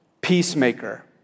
peacemaker